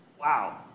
Wow